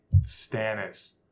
Stannis